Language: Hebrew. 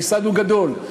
המשרד הוא גדול,